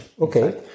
Okay